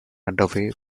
underway